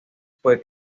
fue